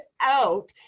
out